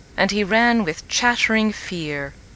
and he ran with chattering fear.